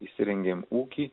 įsirengėme ūkį